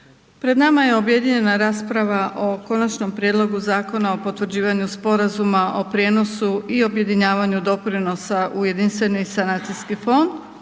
Pred nama je objedinjena rasprava o je Konačnom prijedlogu Zakona o potvrđivanju sporazuma o prijenosu i objedinjavanju doprinosa u jedinstveni sanacijski fond,